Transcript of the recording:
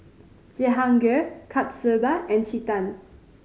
Jehangirr Kasturba and Chetan